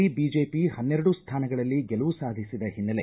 ಉಪಚುನಾವಣೆಯಲ್ಲಿ ಬಿಜೆಪಿ ಹನ್ನೆರಡು ಸ್ಮಾನಗಳಲ್ಲಿ ಗೆಲುವು ಸಾಧಿಸಿದ ಹಿನ್ನೆಲೆ